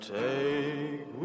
take